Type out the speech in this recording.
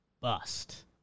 bust